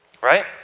Right